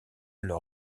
leur